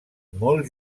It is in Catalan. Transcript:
molt